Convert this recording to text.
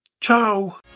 Ciao